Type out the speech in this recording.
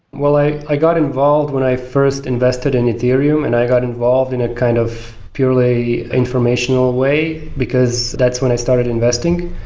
well, i i got involved when i first invested in ethereum, and i got involved in it kind of purely informational way, because that's when i started investing.